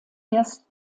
erst